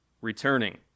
returning